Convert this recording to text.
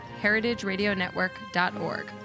heritageradionetwork.org